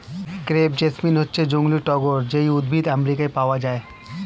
crepe jasmine হচ্ছে জংলী টগর যেই উদ্ভিদ আমেরিকায় পাওয়া যায়